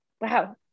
Wow